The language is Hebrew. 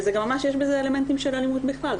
וזה גם ממש יש בזה אלמנטים של אלימות בכלל,